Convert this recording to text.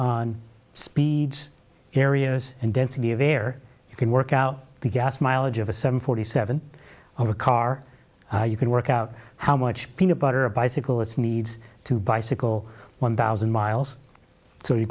on speeds areas and density of air you can work out the gas mileage of a seven forty seven over a car you can work out how much peanut butter a bicycle it's needs to bicycle one thousand miles so you